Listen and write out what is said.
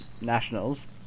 nationals